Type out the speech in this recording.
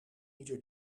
ieder